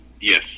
Yes